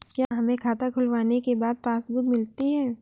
क्या हमें खाता खुलवाने के बाद पासबुक मिलती है?